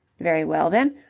very well, then,